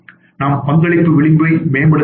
நாம் பங்களிப்பு விளிம்பை மேம்படுத்த வேண்டும்